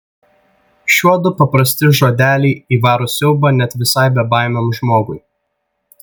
šiuodu paprasti žodeliai įvaro siaubą net visai bebaimiam žmogui